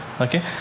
okay